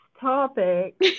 topic